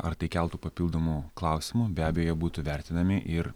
ar tai keltų papildomų klausimų be abejo būtų vertinami ir